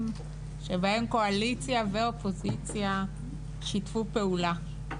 שבהם קואליציה ואופוזיציה שיתפו פעולה.